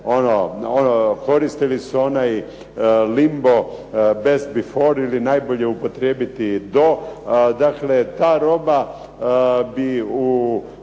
Koristili su onaj limbo best before ili najbolje upotrijebiti do. Dakle, ta roba bi u